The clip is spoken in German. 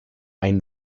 ein